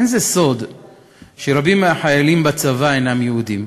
אין זה סוד שרבים מהחיילים בצבא אינם יהודים,